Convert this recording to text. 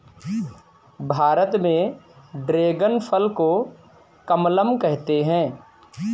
भारत में ड्रेगन फल को कमलम कहते है